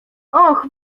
och